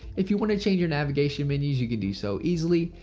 if you want to change your navigation menus, you can do so easily,